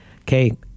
Okay